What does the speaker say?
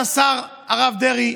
השר הרב דרעי,